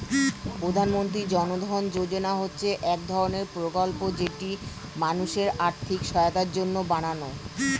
প্রধানমন্ত্রী জন ধন যোজনা হচ্ছে এক ধরণের প্রকল্প যেটি মানুষের আর্থিক সহায়তার জন্য বানানো